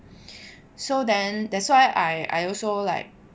so then that's why I also like